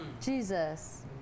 Jesus